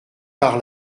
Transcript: par